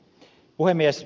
puhemies